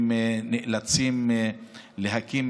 הם נאלצים להקים